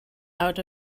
out